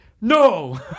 No